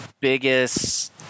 biggest